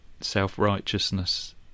self-righteousness